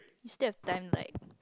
you still have ten like